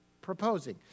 proposing